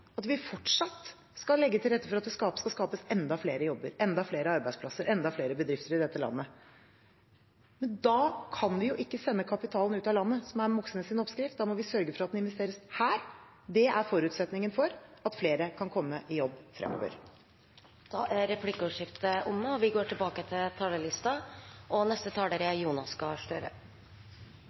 at vi fortsatt skal legge til rette for at det skal skapes enda flere jobber, enda flere arbeidsplasser, enda flere bedrifter i dette landet. Men da kan vi jo ikke sende kapitalen ut av landet, som er Moxnes’ oppskrift, da må vi sørge for at den investeres her. Det er forutsetningen for at flere kan komme i jobb fremover. Replikkordskiftet er omme. For drøyt en uke siden var Eva Britt Søvdsnes Myklebust på besøk på mitt kontor. Hun har et langt yrkesliv bak seg innen fiskeri og